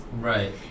right